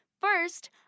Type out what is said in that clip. First